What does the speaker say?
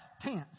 tense